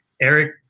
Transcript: Eric